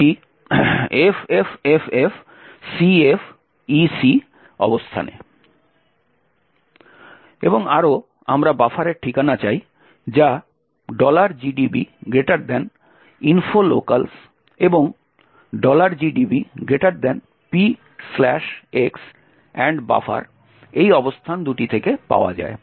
এটি FFFFCFEC অবস্থানে এবং আরও আমরা বাফারের ঠিকানা চাই যা gdb info locals এবং gdb px buffer এই অবস্থান দুটি থেকে পাওয়া যায়